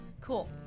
cool